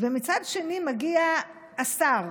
ומצד שני מגיע השר